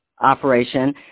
operation